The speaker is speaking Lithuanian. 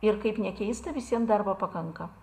ir kaip nekeista visiem darbo pakanka